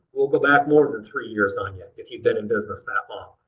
we'll go back more than three years on you if you've been in business that long.